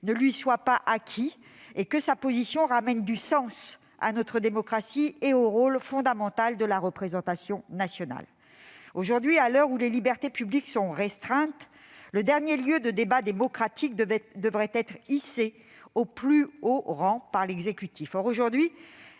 ne lui soit pas acquis et que sa position redonne du sens à notre démocratie et au rôle fondamental de la représentation nationale. Aujourd'hui, à l'heure où les libertés publiques sont restreintes, le dernier lieu de débat démocratique devrait être hissé au plus haut rang par l'exécutif. Or c'est